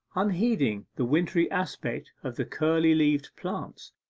unheeding the wintry aspect of the curly-leaved plants,